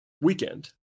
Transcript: weekend